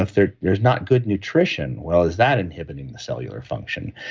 if there's there's not good nutrition, well, is that inhibiting the cellular function?